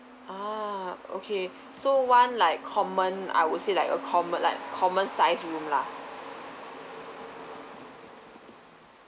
ah okay so one like common I would say like a common like common size room lah